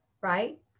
right